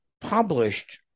published